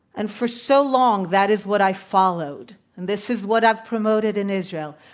and for so long, that is what i followed, and this is what i've promoted in israel.